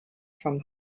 from